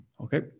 okay